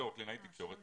כקלינאי תקשורת,